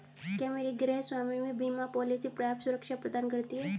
क्या मेरी गृहस्वामी बीमा पॉलिसी पर्याप्त सुरक्षा प्रदान करती है?